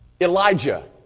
Elijah